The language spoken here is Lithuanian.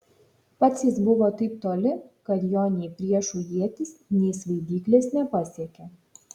pats jis buvo taip toli kad jo nei priešų ietys nei svaidyklės nepasiekė